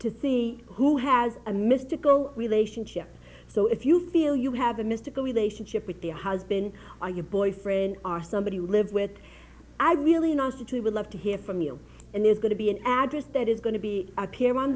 to see who has a mystical relationship so if you feel you have a mystical relationship with the husband or your boyfriend are somebody live with i really want you to would love to hear from you and there's going to be an address that is going to be appear on